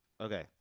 Okay